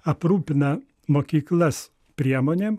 aprūpina mokyklas priemonėm